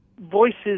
Voices